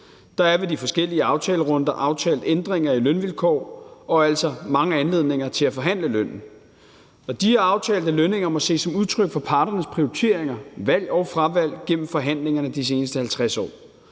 Der er ved de forskellige aftalerunder aftalt ændringer i lønvilkår, og der har altså været mange anledninger til at forhandle lønnen, og de aftalte lønninger må ses som udtryk for parternes prioriteringer, valg og fravalg gennem forhandlingerne igennem de seneste 50 år.